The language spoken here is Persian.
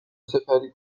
سپری